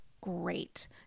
great